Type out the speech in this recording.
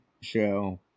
show